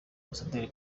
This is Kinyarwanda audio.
ambasaderi